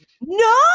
no